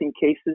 cases